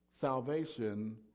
salvation